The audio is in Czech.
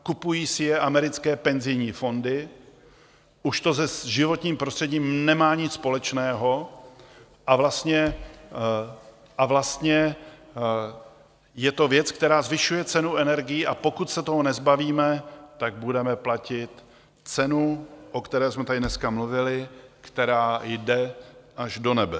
Kupují si je americké penzijní fondy, už to s životním prostředím nemá nic společného, vlastně je to věc, která zvyšuje cenu energií, a pokud se toho nezbavíme, budeme platit cenu, o které jsme tady dneska mluvili, která jde až do nebes.